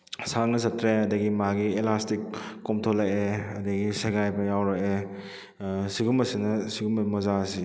ꯁꯥꯡꯅ ꯆꯠꯇ꯭ꯔꯦ ꯑꯗꯨꯗꯒꯤ ꯃꯥꯒꯤ ꯑꯦꯂꯥꯁꯇꯤꯛ ꯀꯣꯝꯊꯣꯔꯛꯑꯦ ꯑꯗꯨꯗꯒꯤ ꯁꯦꯒꯥꯏꯕ ꯌꯥꯎꯔꯛꯑꯦ ꯁꯤꯒꯨꯝꯕꯁꯤꯅ ꯁꯤꯒꯨꯝꯕ ꯃꯣꯖꯥꯁꯤ